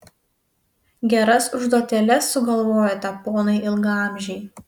geras užduotėles sugalvojate ponai ilgaamžiai